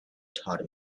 taught